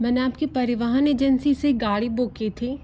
मैंने आप की परिवहन एजेंसी से गाड़ी बुक की थी